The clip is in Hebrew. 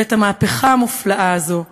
ואת המהפכה המופלאה הזאת,